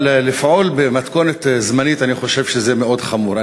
אבל לפעול במתכונת זמנית, אני חושב שזה מאוד חמור.